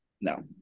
No